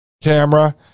camera